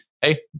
hey